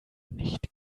nicht